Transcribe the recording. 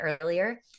earlier